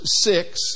six